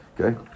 Okay